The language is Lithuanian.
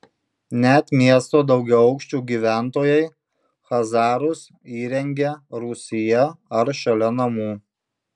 net miesto daugiaaukščių gyventojai chazarus įrengia rūsyje ar šalia namų